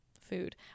food